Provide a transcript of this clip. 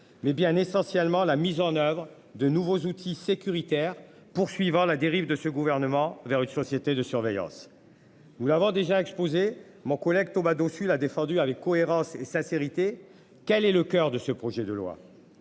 mais bien essentiellement la mise en oeuvre de nouveaux outils sécuritaires poursuivant la dérive de ce gouvernement. Vers une société de surveillance. Nous l'avons déjà exposé mon collègue Thomas Dossus a défendu avec cohérence et sincérité. Quel est le coeur de ce projet de loi.